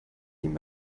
ihnen